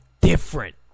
different